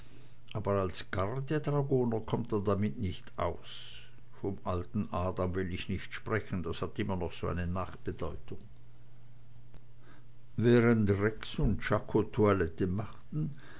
aber als gardedragoner kommt er damit nicht aus vom alten adam will ich nicht sprechen das hat immer noch so ne nebenbedeutung während rex und